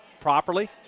properly